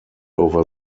over